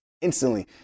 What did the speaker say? instantly